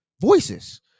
voices